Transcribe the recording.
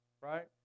Right